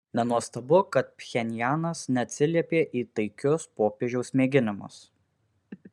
nenuostabu kad pchenjanas neatsiliepė į taikius popiežiaus mėginimus